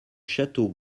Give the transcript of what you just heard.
château